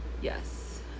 yes